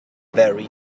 very